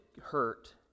hurt